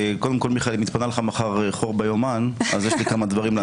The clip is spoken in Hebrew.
קודם כל מיכאל אם התפנה לך מחר חור ביומן אז יש לי כמה דברים להציע.